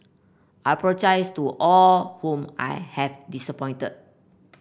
I apologise to all whom I have disappointed